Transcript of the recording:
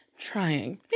Trying